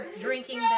drinking